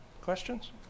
questions